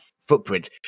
footprint